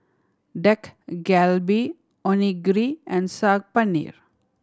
Dak Galbi Onigiri and Saag Paneer